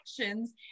actions